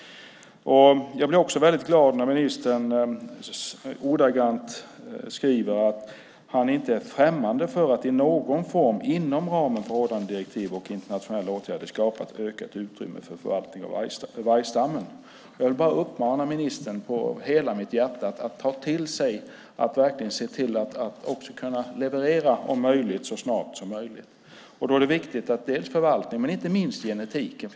Jag blir också glad när ministern säger att han inte är "främmande för att i någon form, inom ramen för rådande direktiv och internationella åtaganden, skapa ett ökat utrymme för förvaltning av vargstammen". Jag vill bara av hela mitt hjärta uppmana ministern att verkligen se till att så snart som möjligt leverera. Då är det viktigt med förvaltning och genetiken.